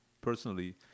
personally